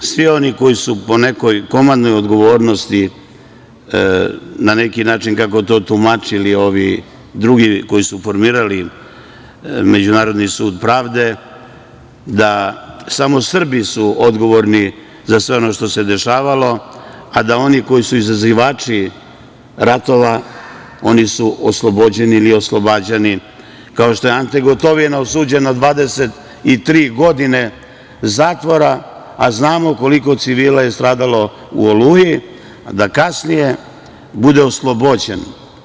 I da svi oni koji su po nekoj komandnoj odgovornosti, na neki način, kako to tumačili ovi drugi koji su formirali Međunarodni sud pravde, da su samo Srbi odgovorni za sve ono što se dešavalo, a da oni koji su izazivači ratova, oni su oslobođeni ili oslobađani, kao što je Ante Gotovina osuđen na 23 godine zatvora, a znamo koliko civila je stradalo u „Oluji“, da kasnije bude oslobođen.